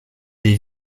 des